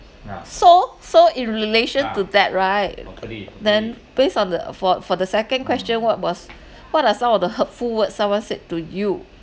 so so in relation to that right then based on the for for the second question what was what are some of the hurtful words someone said to you